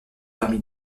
parmi